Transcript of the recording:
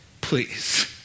please